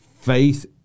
faith